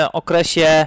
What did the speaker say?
okresie